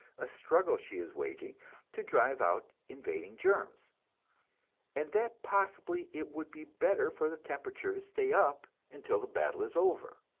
a struggle she is waging to drive out invading germs and that possibly it would be better for the temperature to stay up until the battle is over.